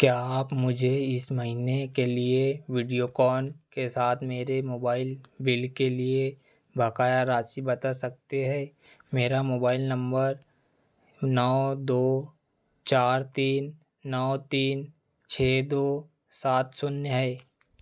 क्या आप मुझे इस महीने के लिए वीडियोकॉन के साथ मेरे मोबाइल बिल के लिए बकाया राशि बता सकते हैं मेरा मोबाइल नम्बर नौ दो चार तीन नौ तीन छः दो सात शून्य है